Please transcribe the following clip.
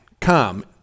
come